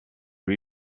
lui